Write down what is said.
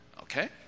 Okay